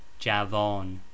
javon